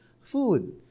food